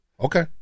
Okay